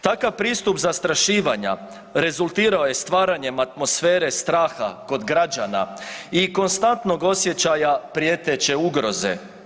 Takav pristup zastrašivanja rezultirao je stvaranjem atmosfere straha kod građana i konstantnog osjećaja prijeteće ugroze.